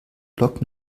block